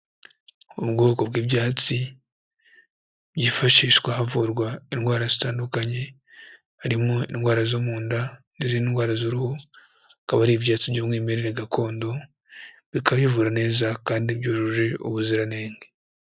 Ubwoko bw'ibyatsi byifashishwa havurwa indwara zitandukanye, harimo indwara zo mu nda, n'izindi ndwara z'uruhu, bikaba ari ibyatsi by'umwimerere gakondo, bikaba bivura neza kandi byujuje ubuziranenge.